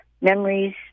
Memories